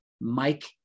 Mike